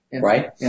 Right